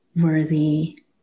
worthy